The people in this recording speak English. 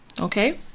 Okay